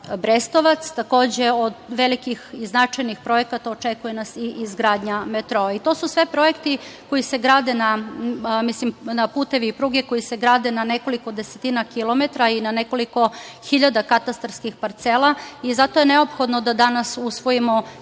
Brestovac. Takođe, od velikih i značajnih projekata očekuje nas i izgradnja metroa. To su sve projekti, putevi pruge koji se grade na nekoliko desetina kilometara i na nekoliko hiljada katastarskih parcela i zato je neophodno da danas usvojimo